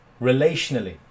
relationally